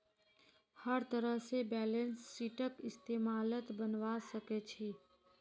हर तरह से बैलेंस शीटक इस्तेमालत अनवा सक छी